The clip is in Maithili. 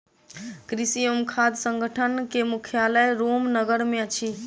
कृषि एवं खाद्य संगठन के मुख्यालय रोम नगर मे अछि